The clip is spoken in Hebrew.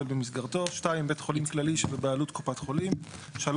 במסגרתו ; (2) בית חולים כללי שבבעלות קופת חולים ; (3)